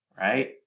right